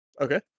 Okay